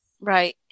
Right